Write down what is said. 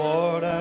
Lord